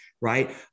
Right